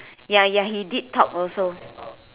ya ya he did talk also